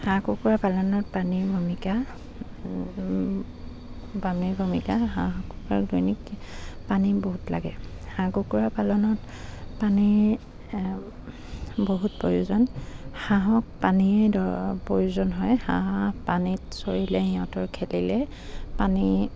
হাঁহ কুকুৰা পালনত পানীৰ ভূমিকা পানীৰ ভূমিকা হাঁহ কুকুৰাক দৈনিক পানী বহুত লাগে হাঁহ কুকুৰা পালনত পানীৰ বহুত প্ৰয়োজন হাঁহক পানীয়ে দৰ প্ৰয়োজন হয় হাঁহ পানীত চৰিলে সিহঁতৰ খেলিলে পানী